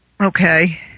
Okay